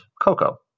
cocoa